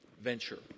venture